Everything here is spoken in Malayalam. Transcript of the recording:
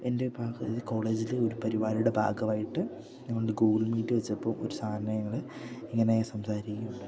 എൻ്റെ കോളേജില് ഒരു പരിപാടിയുടെ ഭാഗമായിട്ട് ഞങ്ങളൊരു ഗൂഗിൾ മീറ്റ് വെച്ചപ്പോള് ഒരു സാറിനെ ഞങ്ങള് ഇങ്ങനെ സംസാരിക്കുകയുണ്ടായപ്പോള്